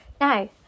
Now